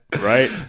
Right